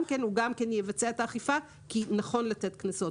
הוא גם יבצע את האכיפה כי נכון לתת קנסות.